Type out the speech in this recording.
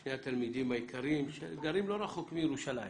שני התלמידים היקרים שגרים לא רחוק מירושלים